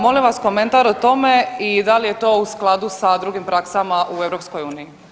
Molim vas komentar o tome i da li je to u skladu sa drugim praksama u EU?